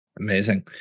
amazing